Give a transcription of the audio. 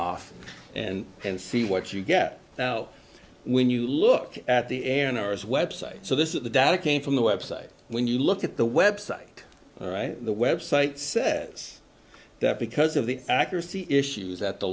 off and and see what you get now when you look at the errors website so this is the data came from the website when you look at the website right the website says that because of the accuracy issues at the